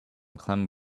clem